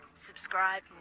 Subscribe